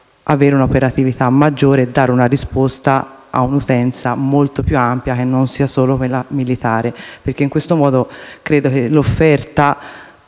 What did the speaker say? avere un'operatività maggiore e dare risposta a un'utenza molto più ampia, che non sia solo quella militare. In questo modo, invece, credo che l'offerta